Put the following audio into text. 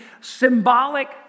symbolic